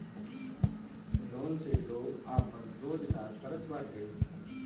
loan से लोग आपन रोजगार करत बाटे